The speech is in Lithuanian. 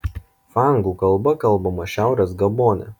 fangų kalba kalbama šiaurės gabone